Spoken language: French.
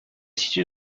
situe